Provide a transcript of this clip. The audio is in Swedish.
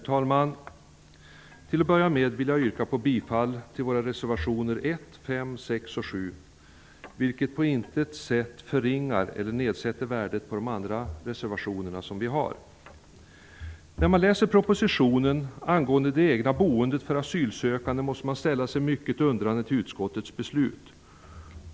Herr talman! Till att börja med vill jag yrka bifall till våra reservationer 1, 5, 6 och 7, vilket på intet sätt förringar eller nedsätter värdet på de andra reservationer som vi har. När man läser propositionen angående det egna boendet för asylsökande, måste man ställa sig mycket undrande till utskottets beslut.